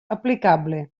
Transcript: aplicable